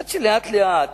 עד שלאט לאט